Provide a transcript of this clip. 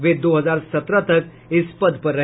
वे दो हजार सत्रह तक इस पद पर रहे